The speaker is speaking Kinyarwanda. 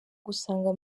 gusanga